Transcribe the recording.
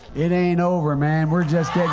it ain't over him and we're just